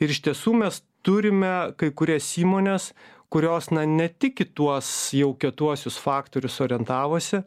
ir iš tiesų mes turime kai kurias įmones kurios na ne tik į tuos jau kietuosius faktorius orientavosi